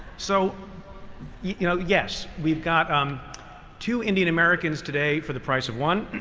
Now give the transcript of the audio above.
so you know yes, we've got um two indian americans today for the price of one.